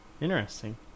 Interesting